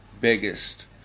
biggest